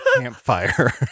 campfire